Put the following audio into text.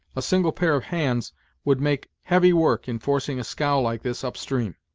a single pair of hands would make heavy work in forcing a scow like this up stream.